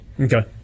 Okay